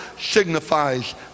signifies